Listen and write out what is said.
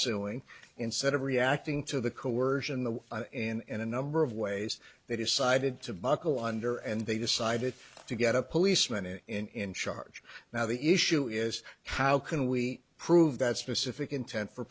suing instead of reacting to the coercion the in a number of ways they decided to buckle under and they decided to get a policeman and in charge now the issue is how can we prove that specific intent for